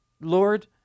Lord